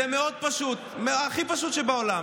זה מאד פשוט, אני אגיד לך, הכי פשוט שבעולם.